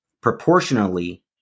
Proportionally